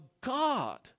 God